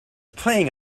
playing